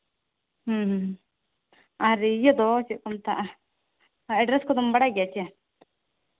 ᱦᱮᱸ ᱟᱨ ᱤᱭᱟᱹ ᱫᱚ ᱪᱮᱫ ᱠᱚ ᱢᱮᱛᱟᱫᱼᱟ ᱟᱨ ᱮᱰᱨᱮᱹᱥ ᱠᱚᱫᱚᱢ ᱵᱟᱲᱟᱭ ᱜᱮᱭᱟ ᱪᱮ